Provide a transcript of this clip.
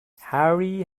harry